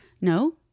No